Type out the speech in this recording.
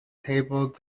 table